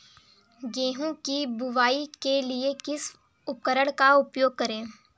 गेहूँ की बुवाई के लिए किस उपकरण का उपयोग करें?